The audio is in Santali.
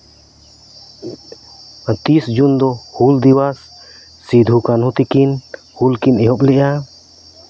ᱟᱨ ᱛᱤᱥ ᱡᱩᱱ ᱫᱚ ᱦᱩᱞ ᱫᱤᱵᱚᱥ ᱥᱤᱫᱩ ᱠᱟᱹᱱᱦᱩ ᱛᱟᱹᱠᱤᱱ ᱦᱩᱞ ᱠᱤᱱ ᱮᱦᱚᱵ ᱞᱮᱫᱼᱟ